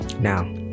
Now